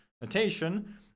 notation